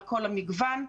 על כל המגוון שלהם,